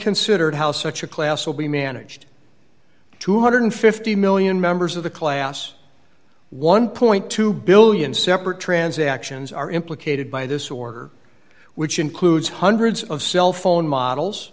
considered how such a class will be managed two hundred and fifty million members of the class one billion two hundred million separate transactions are implicated by this order which includes hundreds of cell phone models